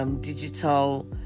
digital